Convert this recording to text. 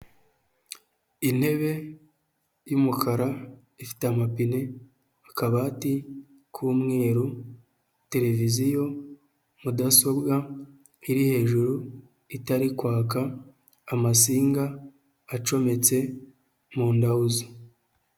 Intebe y'umukara ifite amapine, akabati k'umweru televiziyo mudasobwa iri hejuru itari kwaka amasinga acometse mu ndahuzo.